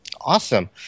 Awesome